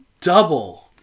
double